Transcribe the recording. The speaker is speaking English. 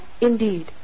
indeed